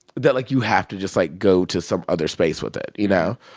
that, like, you have to just, like, go to some other space with it, you know?